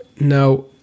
now